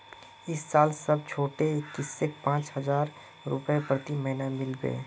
इस साल सब छोटो किसानक पांच हजार रुपए प्रति महीना मिल बे